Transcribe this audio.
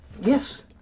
yes